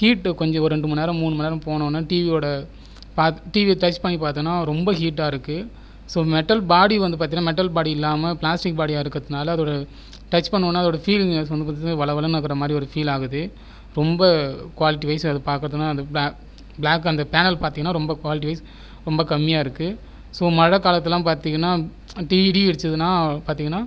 heat கொஞ்சம் ஒரு ரெண்டு மணி நேரம் மூணு மணி நேரம் போனவொன்னே டிவியோடய பாத் டிவியை டச் பண்ணி பார்த்தேனா ரொம்ப ஹீட்டாக இருக்குது ஸோ மெட்டல் பாடி வந்து பார்த்தேனா மெட்டல் பாடி இல்லாமல் பிளாஸ்டிக் பாடியாக இருக்கிறதுனால அதோடய டச் பண்ணவுன்னே அதோடய ஃபீலிங் வந்து பார்த்தேனா வழவழன்னு இருக்கிற மாதிரி ஒரு ஃபீல் ஆகுது ரொம்ப குவாலிட்டி வைஸ் அதை பார்க்கறதுனா அந்த ப்ளாக் ப்ளாக் அந்த பேனல் பார்த்தீங்கனா ரொம்ப குவாலிட்டி வைஸ் ரொம்ப கம்மியாக இருக்குது ஸோ மழைக்காலத்துலெல்லாம் பார்த்தீங்கனா டிவி இடி இடித்ததுனா பார்த்தீங்கனா